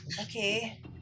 Okay